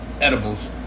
edibles